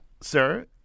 sir